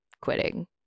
quitting